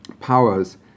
powers